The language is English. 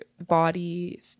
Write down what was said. body